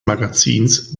magazins